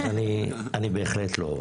אני בהחלט לא.